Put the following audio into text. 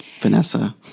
Vanessa